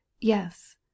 yes